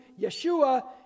Yeshua